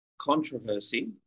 controversy